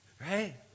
Right